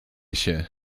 się